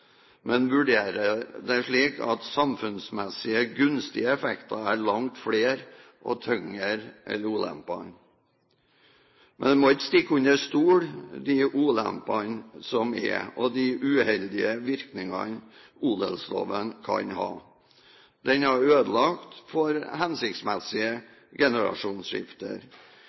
men vurderer det slik at de samfunnsmessig gunstige effektene er langt flere og tyngre enn ulempene. Men en må ikke stikke under stol de ulempene som er, og de uheldige virkningene odelsloven kan ha. Den har ødelagt for hensiktsmessige generasjonsskifter.